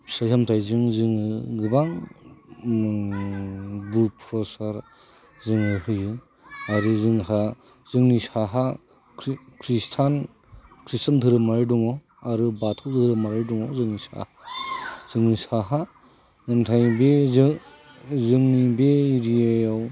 फिथाइ सामथायजों जोङो गोबां बुट प्रसाद जोङो होयो आरो जोंहा जोंनि साहा ख्रिस्थान धोरोमारि दङ आरो बाथौ धोरोमारि दङ जोंनि साहा ओमफ्राय बे जोंनि बे एरियायाव